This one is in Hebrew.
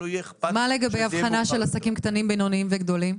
מה לגבי האבחנה לפי גודל העסק?